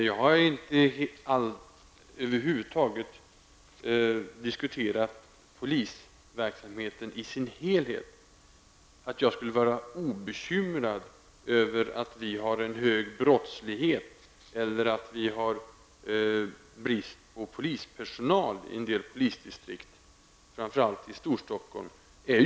Fru talman! Jag har över huvud taget inte diskuterat polisens verksamhet i sin helhet. Jag är bekymrad över att brottsligheten är hög och att det är brist på polispersonal i en del polisdistrikt, framför allt i Storstockholm.